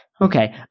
Okay